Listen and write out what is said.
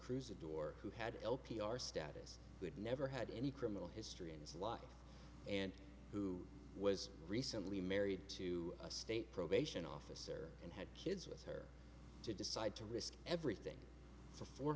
cruise adore who had l p r status would never had any criminal history in his life and who was recently married to a state probation officer and had kids with her to decide to risk everything for four